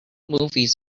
movies